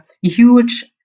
huge